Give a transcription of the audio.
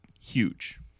huge